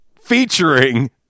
featuring